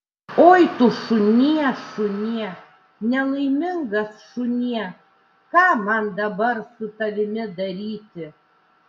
oi tu šunie šunie nelaimingas šunie ką man dabar su tavimi daryti